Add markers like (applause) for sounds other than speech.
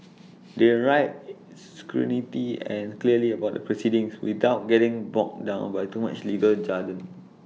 they write (noise) succinctly and clearly about the proceedings without getting bogged down by too much legal jargon